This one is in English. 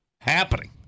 happening